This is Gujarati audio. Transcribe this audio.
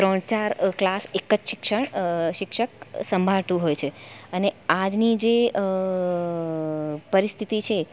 ત્રણ ચાર ક્લાસ એક જ શિક્ષણ શિક્ષક સંભાળતું હોય છે અને આજની જે પરિસ્થિતિ છે